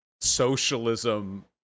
socialism